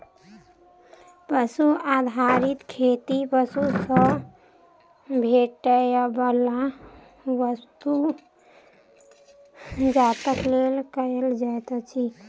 पशु आधारित खेती पशु सॅ भेटैयबला वस्तु जातक लेल कयल जाइत अछि